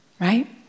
Right